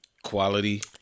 Quality